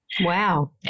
Wow